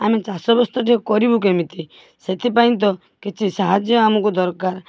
ଆମେ ଚାଷବାସ କରିବୁ କେମିତି ସେଥିପାଇଁ ତ କିଛି ସାହାଯ୍ୟ ଆମୁକୁ ଦରକାର